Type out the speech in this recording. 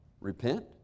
Repent